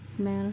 smell